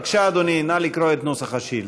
בבקשה, אדוני, נא לקרוא את נוסח השאילתה.